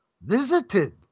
visited